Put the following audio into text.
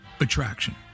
attraction